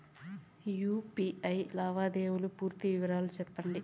UPI లావాదేవీల పూర్తి వివరాలు సెప్పండి?